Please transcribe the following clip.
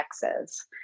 Texas